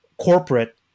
corporate